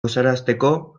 gozarazteko